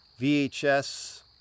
VHS